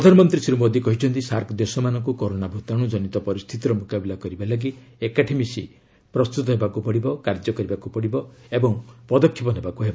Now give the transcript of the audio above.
ପ୍ରଧାନମନ୍ତ୍ରୀ ଶ୍ରୀ ମୋଦି କହିଛନ୍ତି ସାର୍କ ଦେଶମାନଙ୍କୁ କରୋନା ଭୂତାଣୁ ଜନିତ ପରିସ୍ଥିତିର ମୁକାବିଲା କରିବା ପାଇଁ ଏକାଠି ମିଶି ପ୍ରସ୍ତୁତ ହେବାକୁ ପଡିବ କାର୍ଯ୍ୟ କରିବାକୁ ପଡିବ ଏବଂ ପଦକ୍ଷେପ ନେବାକୁ ହେବ